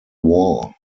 war